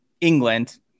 England